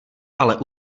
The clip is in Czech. ale